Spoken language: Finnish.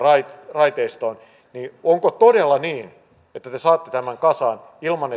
raiteistoon niin onko todella niin että te saatte tämän kasaan ilman